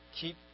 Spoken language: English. keep